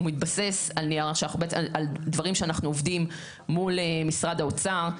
הוא מתבסס על דברים שאנחנו עובדים מול משרד האוצר,